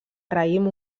raïm